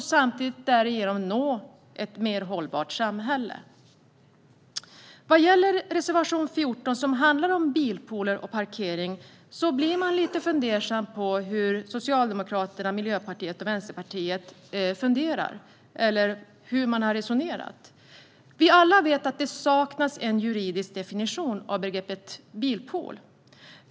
Därigenom kan vi också nå ett mer hållbart samhälle. Vad gäller reservation 14, som handlar om bilpooler och parkering, blir jag lite fundersam över hur Socialdemokraterna, Miljöpartiet och Vänsterpartiet har resonerat. Vi vet alla att det saknas en juridisk definition av begreppet bilpool.